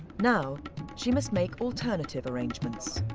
now she must make alternative arrangements.